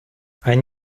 ein